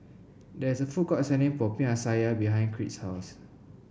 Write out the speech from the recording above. there is a food court selling Popiah Sayur behind Crete's house